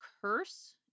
curse